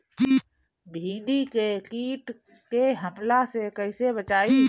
भींडी के कीट के हमला से कइसे बचाई?